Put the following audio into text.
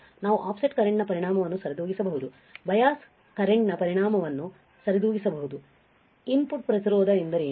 ನಾವು ಆಫ್ಸೆಟ್ ಕರೆಂಟ್ನ ಪರಿಣಾಮವನ್ನು ಸರಿದೂಗಿಸಬಹುದು ಬಯಾಸ್ ಕರೆಂಟ್ನ ಪರಿಣಾಮವನ್ನು ಸರಿದೂಗಿಸಬಹುದು ಇನ್ಪುಟ್ ಪ್ರತಿರೋಧ ಎಂದರೇನು